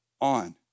on